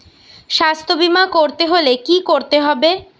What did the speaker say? স্বাস্থ্যবীমা করতে হলে কি করতে হবে?